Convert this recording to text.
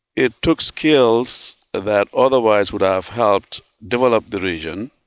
it took skills that otherwise would have helped develop the region,